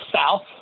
south